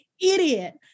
idiot